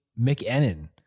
McEnon